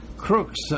crooks